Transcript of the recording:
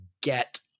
get